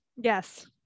Yes